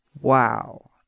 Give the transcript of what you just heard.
Wow